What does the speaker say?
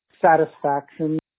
satisfaction